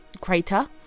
crater